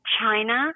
China